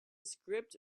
script